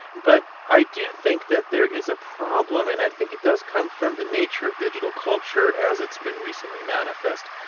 but i do think that there is a problem and i think it does come from the nature of digital culture as it's been recently manifest,